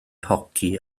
hoci